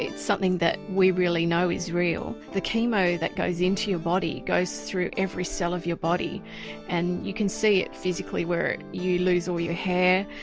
something that we really know is real, the chemo that goes into your body goes through every cell of your body and you can see it physically where you lose all your hair,